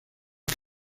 que